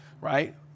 right